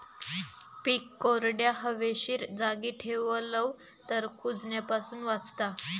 पीक कोरड्या, हवेशीर जागी ठेवलव तर कुजण्यापासून वाचता